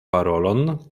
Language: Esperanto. parolon